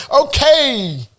okay